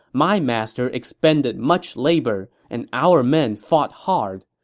my master expended much labor, and our men fought hard.